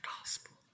gospel